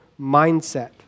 mindset